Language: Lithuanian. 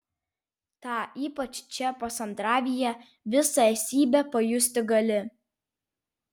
tą ypač čia pasandravyje visa esybe pajusti gali